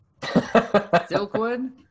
Silkwood